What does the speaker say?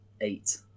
Eight